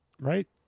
Right